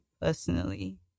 personally